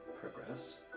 progress